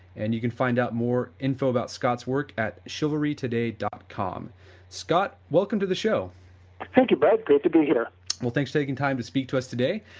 and you can find out more info about scott's work at chivalrytoday dot com scott welcome to the show thank you brett good to be here well thanks taking the time to speak to us today,